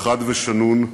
חד ושנון,